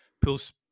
pulls